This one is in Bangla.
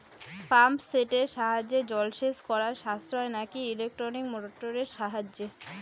পাম্প সেটের সাহায্যে জলসেচ করা সাশ্রয় নাকি ইলেকট্রনিক মোটরের সাহায্যে?